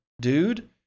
dude